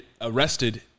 arrested